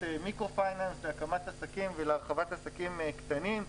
מיקרופיננס להקמת עסקים ולהרחבת עסקים קטנים.